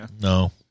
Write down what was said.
No